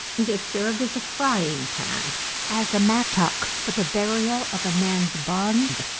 it had served as a frying-pan, as a mattock for the burial of a man's bonds,